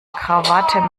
krawatte